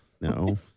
No